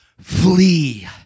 flee